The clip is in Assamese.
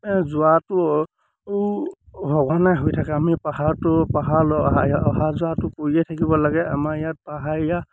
যোৱাটো সঘনাই হৈ থাকে আমি পাহাৰতো পাহাৰলৈ অহা যোৱাটো কৰিয়ে থাকিব লাগে আমাৰ ইয়াত পাহাৰীয়া